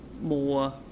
more